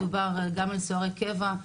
מדובר גם על סוהרי קבע,